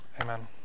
Amen